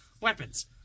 weapons